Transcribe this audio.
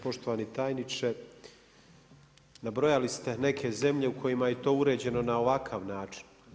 Poštovani tajniče, nabrojali ste neke zemlje u kojima je to uređeno na ovakav način.